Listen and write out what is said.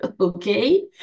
okay